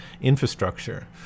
infrastructure